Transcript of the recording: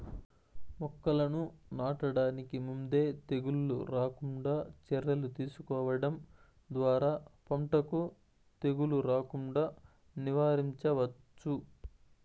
మొక్కలను నాటడానికి ముందే తెగుళ్ళు రాకుండా చర్యలు తీసుకోవడం ద్వారా పంటకు తెగులు రాకుండా నివారించవచ్చు